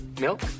Milk